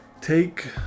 take